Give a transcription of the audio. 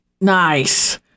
Nice